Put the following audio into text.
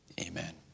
Amen